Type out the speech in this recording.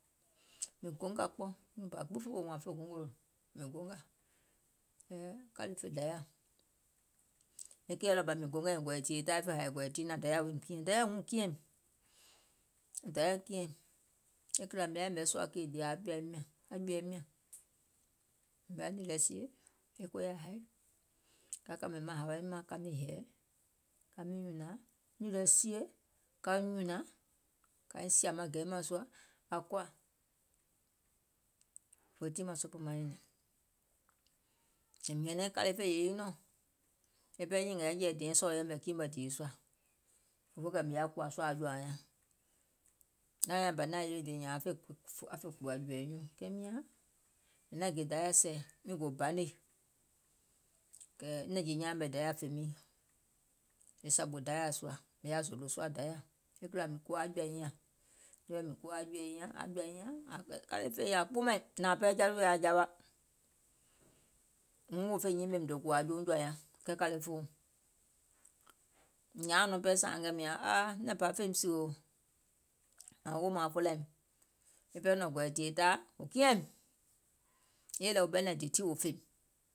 Mìŋ gongȧ kpɔ, nyùùŋ bȧ gbiŋ fè wo woò wȧȧŋ wo fè gongò, mìŋ gongȧ, kɛɛ kȧle fè dayȧ, e keìɛ ɗɔɔbȧ mìŋ gongȧiŋ gɔ̀ì tìyèe taai taìŋ e fè hȧì tiinȧŋ dayȧ woim kiɛ̀ŋ, dayȧ wuŋ kiɛ̀m, wo dayȧ kiɛ̀ìm e kìlȧ mìŋ yaȧ yɛ̀mɛ̀ sùȧ kèì jìì aŋ jɔ̀ȧim nyȧŋ, e nìì lɛ sie e koya haì ka kȧmè maŋ hȧwaim mȧŋ ka miŋ hɛ̀ɛ̀, ka miŋ nyùnȧŋ, nìì lɛ sie, ka nyùnȧŋ kaiŋ sìȧ maŋ gɛ̀i mȧŋ sùȧ aŋ koȧ, òfoo tiŋ maŋ sòpoò maŋ nyɛ̀nɛ̀ŋ, kȧle fè yèye nyiŋ nɔɔ̀ŋ, e ɓɛɛ nyìngà sɔɔ̀ wo yɛ̀mɛ̀ kii mɛ̀ dìò sùȧ, òfoo mìŋ yaȧ kùwà sùȧ aŋ jɔ̀ȧauŋ nyȧŋ, anyùùŋ nyȧŋ bȧ nyiŋ yewe dìì nyȧȧŋ aŋ fè kùwȧ jɔ̀ɛ̀ɛ nyuuŋ, kɛɛ miȧŋ, mìŋ naŋ dayȧ sɛ̀ miŋ gò banè, kɛɛ nɛ̀nje nyaȧŋ mɛ̀ dayȧ fè miìŋ e sȧɓù dayȧa sùȧ mìŋ yaȧ zòòlò sùȧ dayȧ e kìlȧ mìŋ kuwo jɔ̀ȧ nyiŋ nyȧŋ, ȧŋ kpuumȧìm, wo jɔ̀ȧ miɔ̀ŋ yè wii yaȧ jawa, kɛɛ wuŋ fè nyimèè mìŋ do kùwȧ jɔ̀ȧuŋ nyȧŋ, kɛɛ kȧle fòuŋ, mìŋ nyȧauŋ pɛɛ mìȧŋ aa nɛ̀ŋ bȧ fèìm sèwè, wȧȧŋ oldmȧaŋ folȧim, e pɛɛ nɔ̀ŋ gɔ̀ì tìyèe taai, wò kiɛ̀ìm, yèlɛ wò ɓɛnɛ̀ŋ dìì tiŋ wò fèìm.